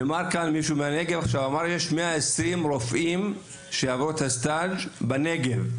נאמר כאן ש-120 רופאים עברו את הסטאז' בנגב.